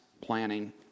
planning